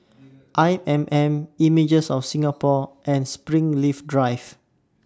I M M Images of Singapore and Springleaf Drive